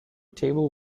table